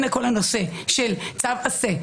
כל הנושא של צו עשה.